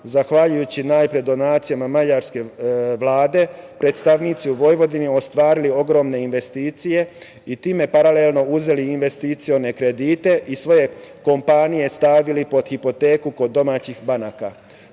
zahvaljujući najpre donacijama mađarske Vlade, predstavnici u Vojvodini ostvarili ogromne investicije i time paralelno uzeli investicione kredite i svoje kompanije stavili pod hipoteku kod domaćih banaka.